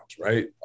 right